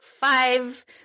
five